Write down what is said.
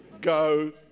go